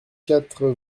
quatre